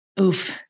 oof